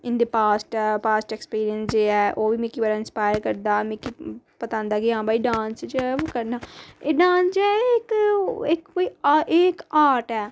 के dance एह् जेह्ड़ा ओह् इक आर्ट ऐ एह्दे बिच ऐ एह् के कोई बंदा खुश होए ते ओह् डांस करी सकदा